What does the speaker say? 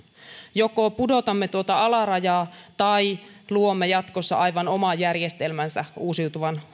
joko pudotamme tuota alarajaa tai luomme jatkossa aivan oman järjestelmänsä uusiutuvan